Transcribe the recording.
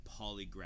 polygraph